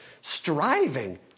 striving